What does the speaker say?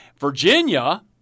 Virginia